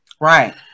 Right